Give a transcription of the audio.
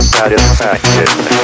Satisfaction